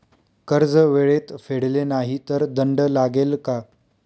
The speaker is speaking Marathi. कर्ज वेळेत फेडले नाही तर दंड लागेल का?